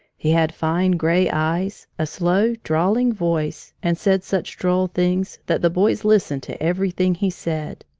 he had fine gray eyes, a slow, drawling voice, and said such droll things that the boys listened to everything he said.